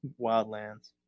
Wildlands